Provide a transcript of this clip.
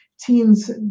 teens